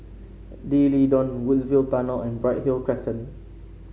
D'Leedon Woodsville Tunnel and Bright Hill Crescent